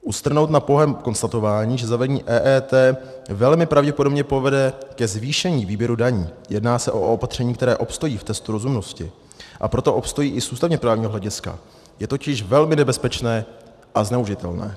Ustrnout na pouhém konstatování, že zavedení EET velmi pravděpodobně povede ke zvýšení výběru daní, jedná se o opatření, které obstojí v testu rozumnosti, a proto obstojí i z ústavněprávního hlediska, je totiž velmi nebezpečné a zneužitelné.